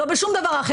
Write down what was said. לא בשום דבר אחר.